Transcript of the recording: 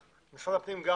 משרד הפנים גם